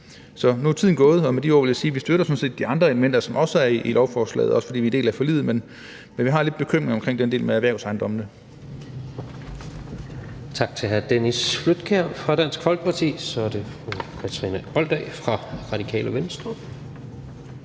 Nu er tiden gået, og med de ord vil jeg sige, at vi sådan set støtter de andre elementer, som også er i lovforslaget, også fordi vi er en del af forliget, men vi har lidt bekymringer omkring den del med erhvervsejendommene.